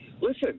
listen